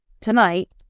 tonight